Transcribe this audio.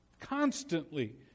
Constantly